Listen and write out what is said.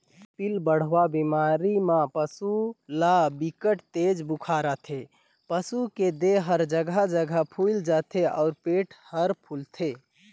पिलबढ़वा बेमारी म पसू ल बिकट तेज बुखार आथे, पसू के देह हर जघा जघा फुईल जाथे अउ पेट हर फूलथे